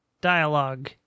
dialogue